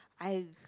I